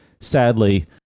sadly